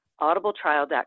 audibletrial.com